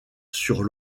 sur